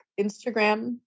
Instagram